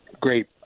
great